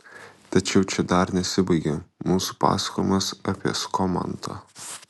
tačiau čia dar nesibaigia mūsų pasakojimas apie skomantą